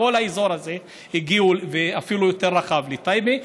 מכל האזור הזה ואפילו יותר רחב הגיעו לטייבה.